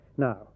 Now